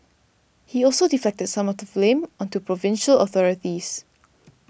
he also deflected some of the blame onto provincial authorities